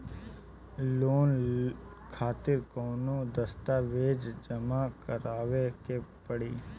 Loan खातिर कौनो दस्तावेज जमा करावे के पड़ी?